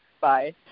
Bye